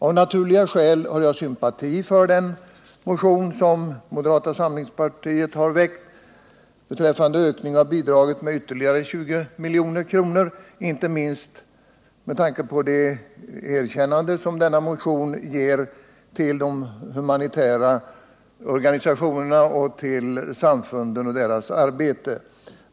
Av naturliga skäl har jag sympati för den motion som moderata samlingspartiet har väckt beträffande ökning av bidraget med ytterligare 20 milj.kr., inte minst med tanke på det erkännande denna motion ger de humanitära organisationerna och samfunden för deras arbete.